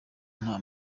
nta